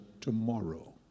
tomorrow